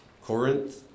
Corinth